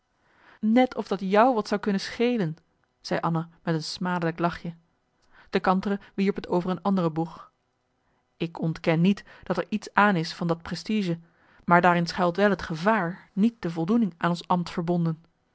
net of dat jou wat zou kunnen schelen zei anna met een smadelijk lachje de kantere wierp t over een andere boeg ik ontken niet dat er iets aan is van dat prestige maar daarin schuilt wel het gevaar niet de voldoening aan ons ambt verbonden